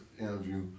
interview